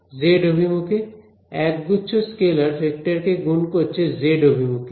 Z অভিমুখে একগুচ্ছ scalar ভেক্টরকে গুন করছে জেড অভিমুখে